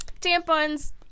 tampons